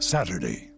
Saturday